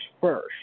first